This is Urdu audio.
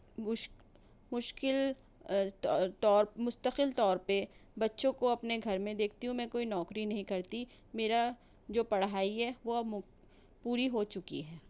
بش مشکل طور طور مستقل طور پہ بچوں کو اپنے گھر میں دیکھتی ہوں میں کوئی نوکری نہیں کرتی میرا جو پڑھائی ہے وہ اب مب پوری ہو چکی ہے